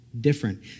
different